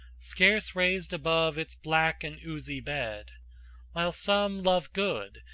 scarce raised above its black and oozy bed while some love good,